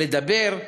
לדבר,